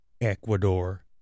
Ecuador